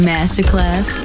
Masterclass